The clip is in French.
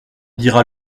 dira